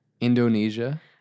Indonesia